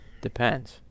depends